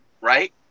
right